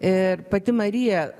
ir pati marija